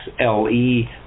XLE